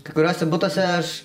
kai kuriuose butuose aš